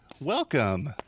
welcome